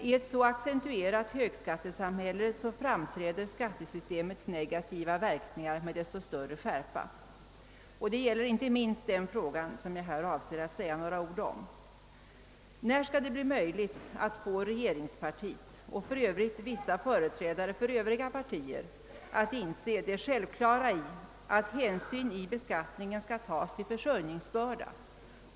I ett så accentuerat högskattesamhälle som vårt framträder skattesystemets negativa verkningar med mycket stor skärpa. Detta gäller inte minst den fråga som jag här avser att säga några ord om. När skall det bli möjligt att få regeringspartiet och för övrigt också vissa företrädare för Övriga partier att inse det självklara i att hänsyn vid beskattningen skall tas till försörjningsbörda?